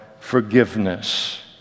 forgiveness